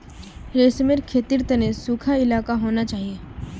रेशमेर खेतीर तने सुखा इलाका होना चाहिए